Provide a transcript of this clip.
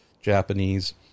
Japanese